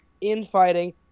infighting